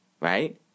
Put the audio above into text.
Right